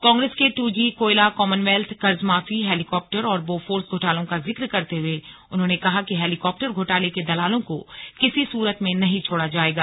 कांग्रेस के ट्रजी कोयला कॉमनवेल्थ कर्जमाफी हेलिकॉप्टर और बोफोर्स घोटालों का जिक्र करते हुए उन्होंने कहा कि हेलिकॉप्टर घोटाले के दलालों को किसी सूरत में नहीं छोड़ा जाएगा